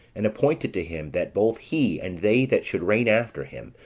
and appointed to him, that both he and they that should reign after him,